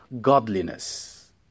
godliness